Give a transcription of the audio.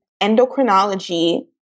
endocrinology